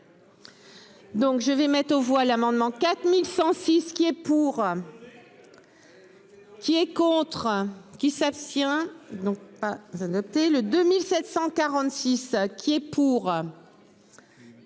je vais mettre aux voix l'amendement 4106, ce qui est pour. Qui est contre qui s'abstient. Non. Adopté le 2746 qui est pour.